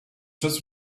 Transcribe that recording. just